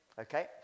Okay